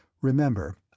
Remember